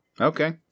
Okay